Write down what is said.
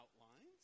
outlines